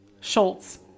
Schultz